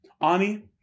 Ani